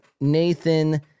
Nathan